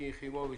מיקי חיימוביץ',